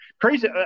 Crazy